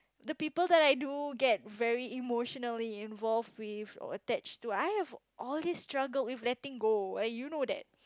the people that I do get very emotionally involved with or attached to I have all these struggle with letting go eh you know that